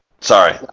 sorry